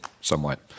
somewhat